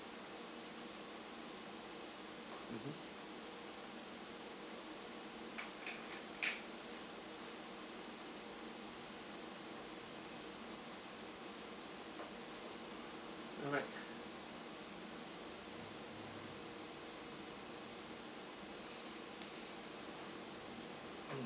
mmhmm alright